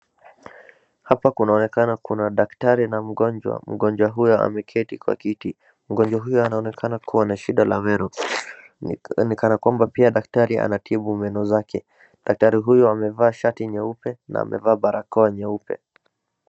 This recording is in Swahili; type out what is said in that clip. Hapa kunaonekana kuna daktari na mgonjwa, mgonjwa huyo ameketi kwa kiti, mgonjwa huyo anaonekana kuwa na shida la meno, ni kana kwamba pia daktari anatibu meno zake. Daktari huyu amevaa shati nyeupe na amevaa barakoa nyeupe.